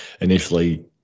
initially